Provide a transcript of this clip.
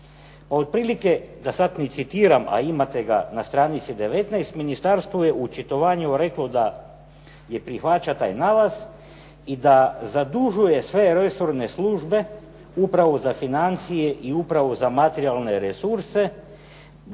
Otprilike, da sad ne citiram, a imate ga na stranici 19., Ministarstvo je u očitovanju reklo da prihvaća taj nalaz i da zadužuje sve resorne službe upravo za financije i upravo za materijalne resurse